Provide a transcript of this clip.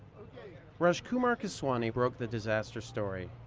rajkumar keswani broke the disaster story.